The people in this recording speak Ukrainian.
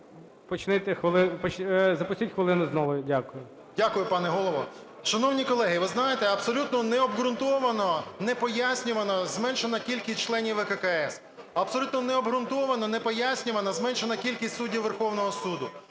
Запустіть хвилину знову. Дякую. 13:58:56 ВЛАСЕНКО С.В. Дякую, пане Голово. Шановні колеги, ви знаєте, абсолютно необґрунтовано, непояснювано зменшена кількість членів ВККС. Абсолютно необґрунтовано, непояснювано зменшена кількість суддів Верховного Суду.